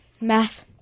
math